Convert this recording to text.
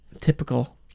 Typical